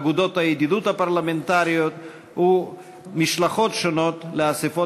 אגודות הידידות הפרלמנטריות ומשלחות שונות לאספות